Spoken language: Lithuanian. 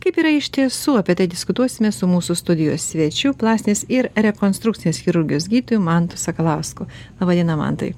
kaip yra iš tiesų apie tai diskutuosime su mūsų studijos svečiu plastinės ir rekonstrukcinės chirurgijos gydytoju mantu sakalausku laba diena mantai